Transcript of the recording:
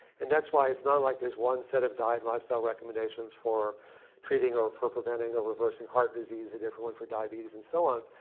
and that's why it's not like there's one set of diet and lifestyle recommendation for treating or for preventing or reversing heart disease, a different one for diabetes and so on.